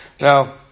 Now